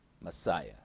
Messiah